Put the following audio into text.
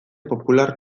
popular